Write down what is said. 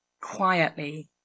quietly